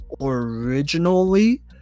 originally